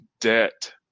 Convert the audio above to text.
debt